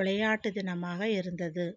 விளையாட்டு தினமாக இருந்தது